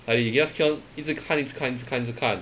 like you just keep on 一直看一直看一直看一直看